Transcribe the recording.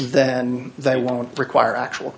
that they won't require actual